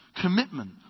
commitment